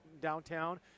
downtown